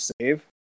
save